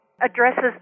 addresses